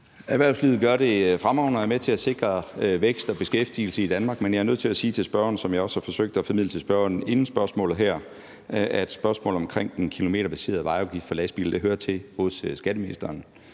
Erhvervslivet gør det fremragende og er med til at sikre vækst og beskæftigelse i Danmark. Men jeg er nødt til at sige til spørgeren, som jeg også har forsøgt at formidle til spørgeren inden spørgsmålet her, at spørgsmål omkring den kilometerbaserede vejafgift for lastbiler hører til hos skatteministeren.